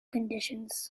conditions